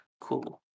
cool